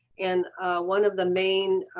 and one of the main